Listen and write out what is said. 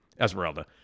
Esmeralda